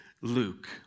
Luke